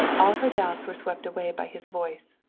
all her doubts were swept away by his voice,